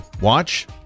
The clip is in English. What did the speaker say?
watch